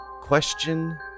Question